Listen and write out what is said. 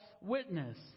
witness